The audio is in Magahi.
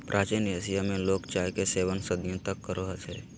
प्राचीन एशिया में लोग चाय के सेवन सदियों तक करो हलय